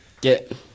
get